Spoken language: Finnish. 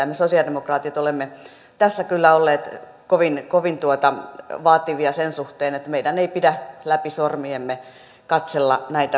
me sosialidemokraatit olemme tässä kyllä olleet kovin vaativia sen suhteen että meidän ei pidä läpi sormiemme katsella näitä tilanteita